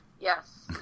Yes